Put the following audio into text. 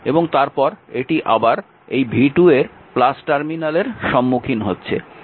এবং তারপর এটি আবার এই v2 এর টার্মিনালের সম্মুখীন হচ্ছে